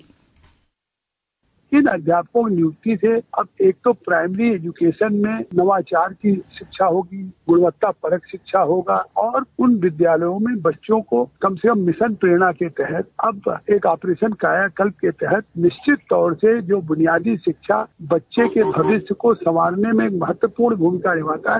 bite इन अध्यापकों की नियुक्ति से अब एक तो प्राइमरी एज्ञकेशन में नवाचार की शिक्षा होगी गुणवत्तापरक शिक्षा होगा और उन विद्यालयों में बच्चों को कम से कम मिशन प्रेरणा के तहत अब एक ऑपरेशन कायाकल्प के तहत निश्चित तौर से जो बुनियादी शिक्षा बच्चों के भविश्य को संवारने में महत्वपूर्ण भूमिका निभाता है